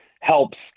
helps